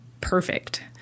perfect